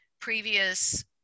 previous